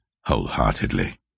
wholeheartedly